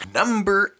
number